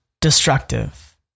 destructive